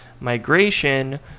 migration